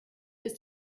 ist